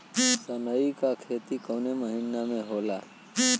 सनई का खेती कवने महीना में होला?